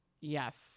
Yes